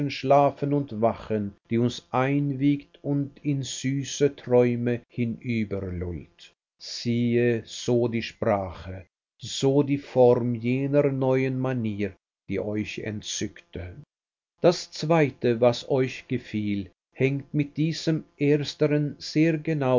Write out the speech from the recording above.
schlafen und wachen die uns einwiegt und in süße träume hinüberlullt siehe so die sprache so die form jener neuen manier die euch entzückte das zweite was euch gefiel hängt mit diesem ersteren sehr